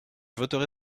voterai